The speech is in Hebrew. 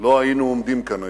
לא היינו עומדים כאן היום.